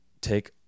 take